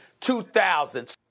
2000s